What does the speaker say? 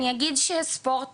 אני אוסיף קצת, אני אגיד שאני חושבת